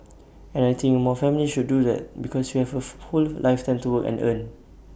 and I think more families should do that because you have A full whole lifetime to work and earn